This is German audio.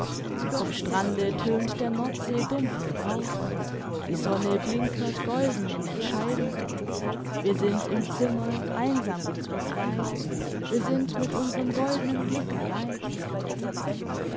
vom strande tönt der nordsee dumpf gebraus die sonne blinkert golden in den scheiben wir sind im zimmer einsam und zu zwein wir sind mit unsrem goldnen glück allein